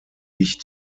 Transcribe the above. wich